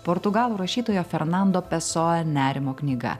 portugalų rašytojo fernando peso nerimo knyga